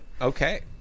Okay